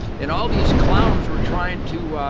and all these clowns were trying to,